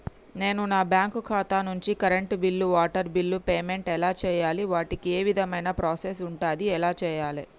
నేను నా బ్యాంకు ఖాతా నుంచి కరెంట్ బిల్లో వాటర్ బిల్లో పేమెంట్ ఎలా చేయాలి? వాటికి ఏ విధమైన ప్రాసెస్ ఉంటది? ఎలా చేయాలే?